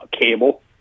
cable